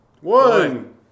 One